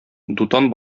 дутан